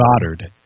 Goddard